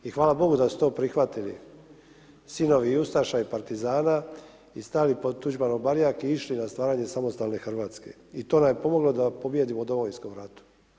I hvala Bogu da su to prihvatili sinovi ustaša i partizana i stali pod Tuđmanov barjak i išli na stvaranje samostalne države i to nam je pomoglo da pobijedimo u Domovinskom ratu.